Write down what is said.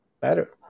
better